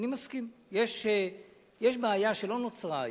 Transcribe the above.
יש בעיה שלא נוצרה היום,